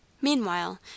Meanwhile